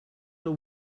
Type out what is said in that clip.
the